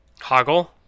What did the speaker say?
Hoggle